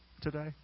today